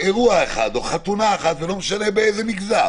אירוע אחד או חתונה אחת, ולא משנה באיזה מגזר